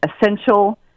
essential